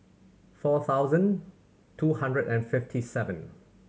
four thousand two hundred and fifty seven